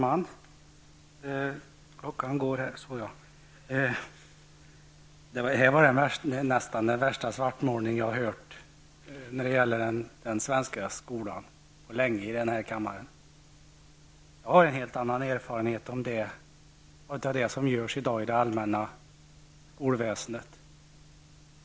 Herr talman! Det här var nästan den värsta svartmålning jag på länge hört i den här kammaren av den svenska skolan. Jag har en helt annan erfarenhet av det som i dag görs inom det allmänna skolväsendet.